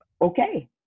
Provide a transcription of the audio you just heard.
okay